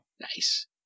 Nice